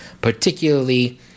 particularly